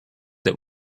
that